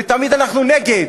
שתמיד אנחנו נגד,